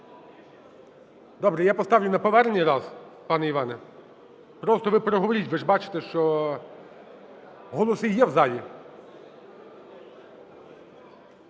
Добре, я поставлю на повернення раз, пане Іване. Просто ви переговоріть, ви ж бачите, що голоси є в залі.